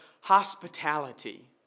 hospitality